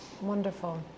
Wonderful